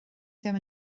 ddim